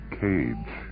cage